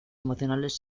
emocionales